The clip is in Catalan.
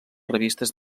revistes